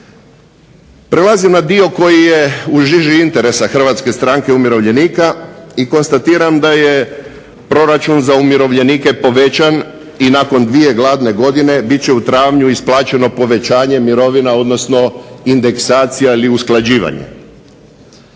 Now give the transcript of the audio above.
Prelazim na dio koji je u žiži interesa Hrvatske stranke umirovljenika i konstatiram da je proračun za umirovljenike povećan i nakon dvije gladne godine bit će u travnju isplaćeno povećanje mirovina, odnosno indeksacija ili usklađivanje.